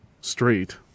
straight